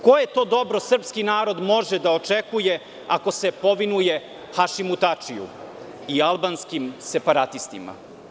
Koje to dobro srpski narod može da očekuje, ako se povinuje Hašimu Tačiju i albanskim separatistima?